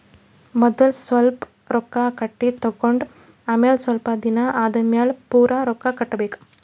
ಮದಲ್ ಸ್ವಲ್ಪ್ ರೊಕ್ಕಾ ಕಟ್ಟಿ ತಗೊಂಡ್ ಆಮ್ಯಾಲ ಸ್ವಲ್ಪ್ ದಿನಾ ಆದಮ್ಯಾಲ್ ಪೂರಾ ರೊಕ್ಕಾ ಕಟ್ಟಬೇಕ್